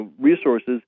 resources